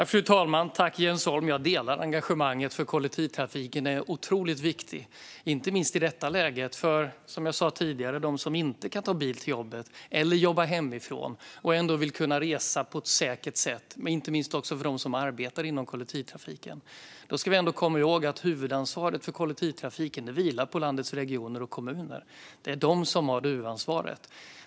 Fru talman! Jag delar engagemanget för kollektivtrafiken. Den är otroligt viktig, inte minst i detta läge. Som jag sa tidigare: Det gäller de som inte kan ta bilen till jobbet eller jobba hemifrån och ändå vill kunna resa på ett säkert sätt. Det gäller också dem som arbetar inom kollektivtrafiken. Vi ska dock komma ihåg att huvudansvaret för kollektivtrafiken vilar på landets regioner och kommuner. De har huvudansvaret.